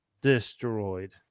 destroyed